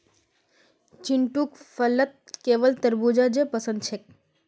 चिंटूक फलत केवल तरबू ज पसंद छेक